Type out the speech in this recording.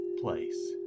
place